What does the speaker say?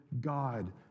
God